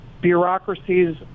bureaucracies